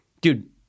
dude